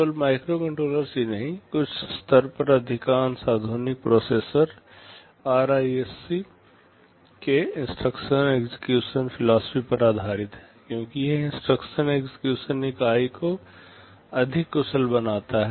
केवल माइक्रोकंट्रोलर्स ही नहीं कुछ स्तर पर अधिकांश आधुनिक प्रोसेसर आरआईएससी के इंस्ट्रक्शन एक्जिक्यूसन फिलॉसफी पर आधारित हैं क्योंकि यह इंस्ट्रक्शन एक्जिक्यूसन इकाई को अधिक कुशल बनाता है